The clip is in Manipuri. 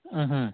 ꯎꯝ